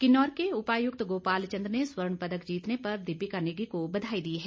किन्नौर के उपायुक्त गोपाल चंद ने स्वर्ण पदक जीतने पर दीपिका नेगी को बधाई दी है